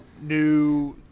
new